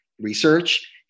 research